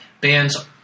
bands